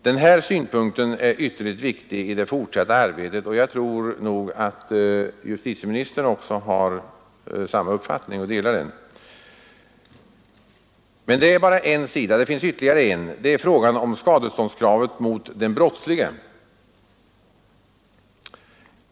Den här synpunkten är ytterligt viktig i det fortsatta arbetet, och jag tror att justitieministern har samma uppfattning. Men det är bara en sida. Det finns ytterligare en. Det är frågan om skadeståndskravet mot den brottslige.